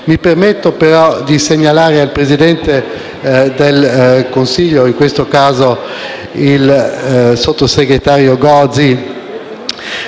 Mi permetto però di segnalare al Presidente del Consiglio e, in questo caso, al sottosegretario Gozi